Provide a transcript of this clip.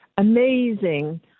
amazing